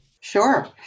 Sure